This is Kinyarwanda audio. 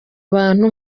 abantu